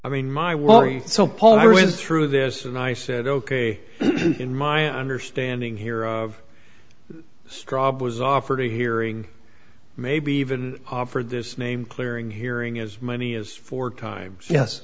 i mean my well so paul i was through this and i said ok in my understanding here of strawberries offered a hearing maybe even offered this name clearing hearing as many as four times yes